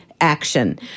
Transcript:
action